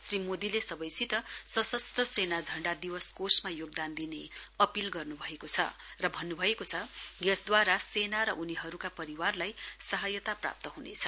श्री मोदीले सबैसित सशस्त्र सेना झण्डा दिवस कोषमा योगदान दिने अपील गर्नुभएको छ भन्नुभएको छ यसद्वारा सेना र उनीहरूका परिवारलाई सहायता प्राप्त हुनेछ